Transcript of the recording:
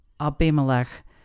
abimelech